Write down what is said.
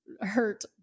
hurt